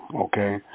okay